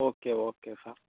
okay okay sir